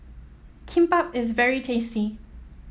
kimbap is very tasty